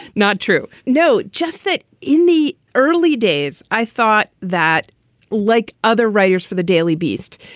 not true. no, just that. in the early days, i thought that like other writers for the daily beast,